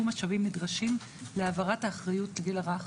משאבים נדרשים להעברת האחריות לגיל הרך